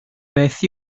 beth